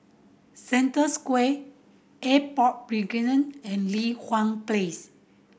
Century Square Airport Boulevard and Li Hwan Place